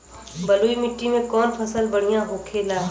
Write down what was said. बलुई मिट्टी में कौन फसल बढ़ियां होखे ला?